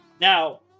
Now